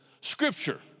Scripture